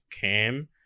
Cam